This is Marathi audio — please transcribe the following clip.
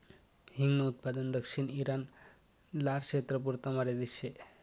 हिंगन उत्पादन दक्षिण ईरान, लारक्षेत्रपुरता मर्यादित शे